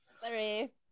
Sorry